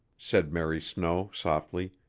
said mary snow softly,